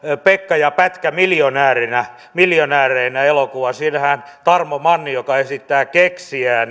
pekka ja pätkä miljonääreinä miljonääreinä elokuva siinähän tarmo manni joka esittää keksijää